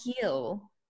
heal